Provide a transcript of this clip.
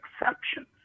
exceptions